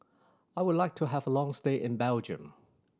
I would like to have a long stay in Belgium